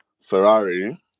Ferrari